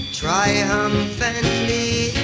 triumphantly